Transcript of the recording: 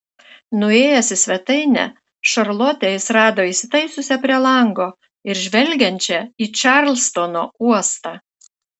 nuėjęs į svetainę šarlotę jis rado įsitaisiusią prie lango ir žvelgiančią į čarlstono uostą